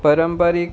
परंपरीक